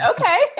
okay